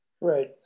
Right